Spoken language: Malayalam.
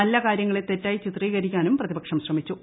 നല്ല കാര്യങ്ങളെ തെറ്റായി ചിത്രീകരിക്കാനും പ്രതിപക്ഷം ശ്രമിച്ചു